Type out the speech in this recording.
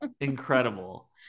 incredible